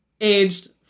aged